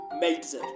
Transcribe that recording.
Meltzer